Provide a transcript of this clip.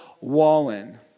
Wallen